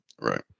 right